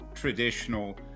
traditional